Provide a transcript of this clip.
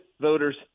voters